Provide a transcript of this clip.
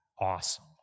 awesome